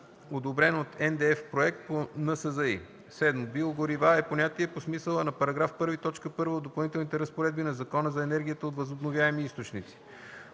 одобрен от НДЕФ проект по НСЗИ. 7. „Биогорива” е понятие по смисъла на § 1, т. 1 от Допълнителните разпоредби на Закона за енергията от възобновяеми източници.